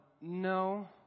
no